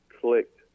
clicked